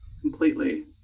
completely